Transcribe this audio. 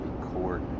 Court